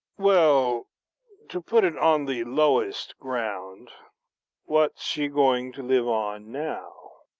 well to put it on the lowest ground what's she going to live on now?